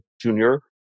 junior